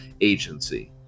agency